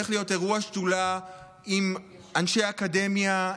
הולך להיות אירוע שדולה עם אנשי אקדמיה,